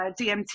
DMT